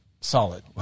solid